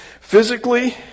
Physically